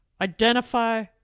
Identify